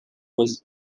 was